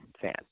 fan